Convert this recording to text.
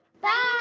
Bye